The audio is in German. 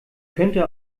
könnte